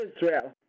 Israel